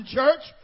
church